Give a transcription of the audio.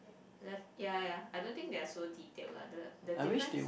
left ya ya I don't think they are so detailed lah the the difference